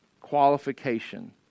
qualification